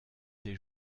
des